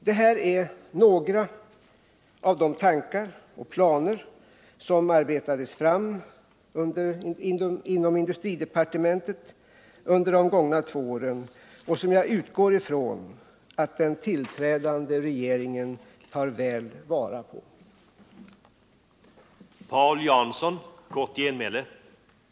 Det här är några av de tankar och planer som arbetades fram inom industridepartementet under de gångna två åren. Jag utgår ifrån att den nytillträdda regeringen tar väl vara på dem.